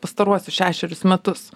pastaruosius šešerius metus